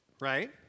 right